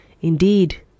Indeed